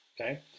Okay